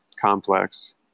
complex